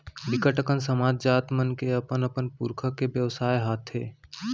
बिकट अकन समाज, जात मन के अपन अपन पुरखा के बेवसाय हाथे